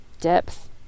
Depth